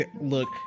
look